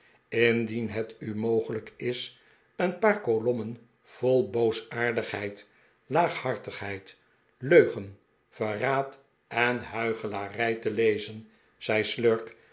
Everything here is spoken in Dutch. indien het u mogelijk is een paar kolommen vol boosaardigheid laaghartigheid leugen verraad en hu'ichelarij te lezen zei